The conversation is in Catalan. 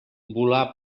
volà